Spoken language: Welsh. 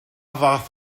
fath